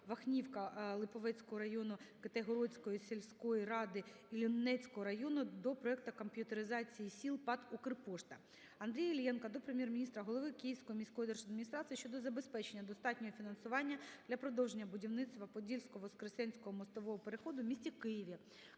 Вахнівка Липовецького району, Китайгородської сільської ради Іллінецького району до проекту комп'ютеризації сіл ПАТ "Укрпошта". Андрія Іллєнка до Прем'єр-міністра, голови Київської міської держадміністрації щодо забезпечення достатнього фінансування для продовження будівництва Подільсько-Воскресенського мостового переходу у місті Києві.